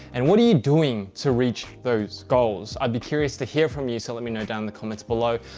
and what are you doing to reach those goals. i'd be curious to hear from you. so let me know down in the comments below.